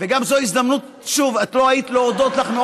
וזו גם הזדמנות, את לא היית, להודות לך.